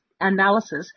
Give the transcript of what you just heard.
analysis